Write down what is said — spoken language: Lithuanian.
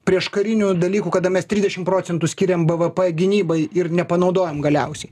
prieškarinių dalykų kada mes trisdešim procentų skyrėm bvp gynybai ir nepanaudojom galiausiai